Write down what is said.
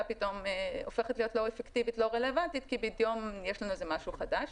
פתאום הופכת להיות לא אפקטיבית ולא רלוונטית כי פתאום יש לנו משהו חדש.